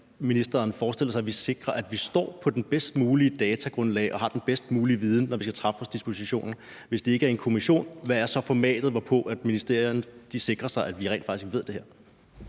ministeren forestiller sig, at vi sikrer, at vi står på det bedst mulige datagrundlag og har den bedst mulige viden, når vi skal træffe vores dispositioner. Hvis det ikke er en kommission, hvad er så formatet, hvorpå ministerierne sikrer sig, at vi rent faktisk ved det her?